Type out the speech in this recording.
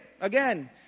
again